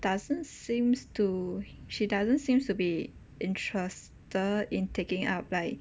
doesn't seems to she doesn't seems to be interested in taking it up like